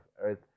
Earth